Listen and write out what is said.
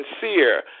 sincere